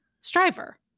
striver